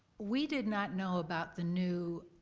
we did not know about the new